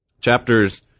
chapters